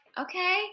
okay